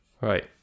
Right